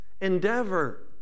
Endeavor